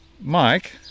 Mike